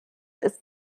ist